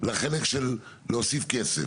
לחלק של להוסיף כסף.